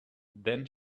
then